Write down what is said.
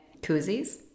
Koozies